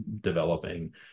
developing